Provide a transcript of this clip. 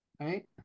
right